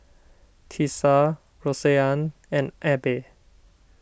Tisa Roseann and Abbey